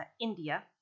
India